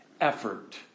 effort